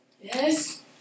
Yes